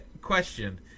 question